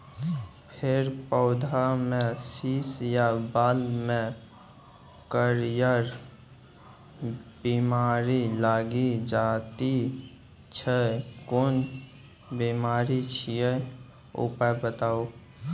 फेर पौधामें शीश या बाल मे करियर बिमारी लागि जाति छै कून बिमारी छियै, उपाय बताऊ?